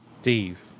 Steve